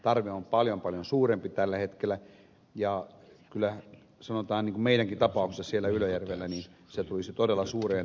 tarve on paljon paljon suurempi tällä hetkellä ja sanotaan meidänkin tapauksessamme siellä ylöjärvellä se tulisi todella suureen tarpeeseen